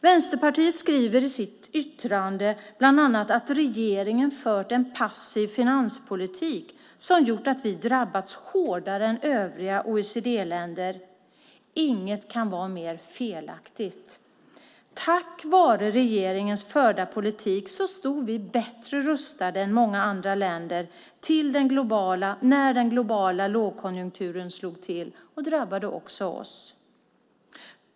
Vänsterpartiet skriver i sitt yttrande bland annat att regeringen fört en passiv finanspolitik som gjort att vi har drabbats hårdare än övriga OECD-länder. Inget kan vara mer felaktigt. Tack vare regeringens förda politik stod vi bättre rustade än många andra länder när den globala lågkonjunkturen slog till och drabbade också oss.